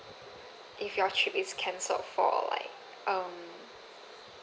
if your trip is cancelled for like um